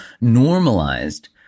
normalized